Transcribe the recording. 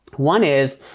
one is,